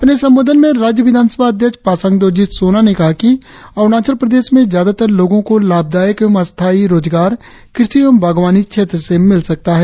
अपने संबोधन में राज्य विधान सभा अध्यक्ष पांसांग दोरजी सोना ने कहा कि अरुणाचल प्रदेश में ज्यादातर लोगों को लाभ दायक एवं स्थायी रोजगार कृषि एवं बागवानी क्षेत्र से मिल सकता है